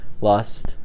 Lust